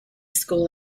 school